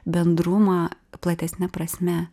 bendrumą platesne prasme